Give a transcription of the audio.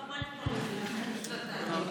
שנתיים.